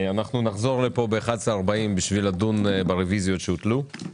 אנחנו נחזור ב-11:40 לדון ברביזיות שהוטלו.